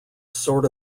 sort